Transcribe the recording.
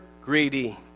greedy